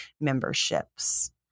memberships